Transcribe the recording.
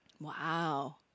Wow